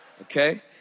Okay